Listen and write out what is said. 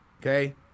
okay